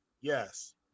Yes